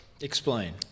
Explain